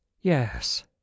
Yes